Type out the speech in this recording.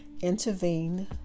intervene